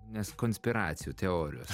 nes konspiracijų teorijos